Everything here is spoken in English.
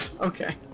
Okay